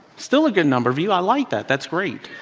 still a good number of you. i like that, that's great.